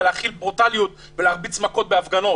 להחיל ברוטליות ולהרביץ מכות בהפגנות.